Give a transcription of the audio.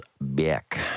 back